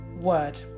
word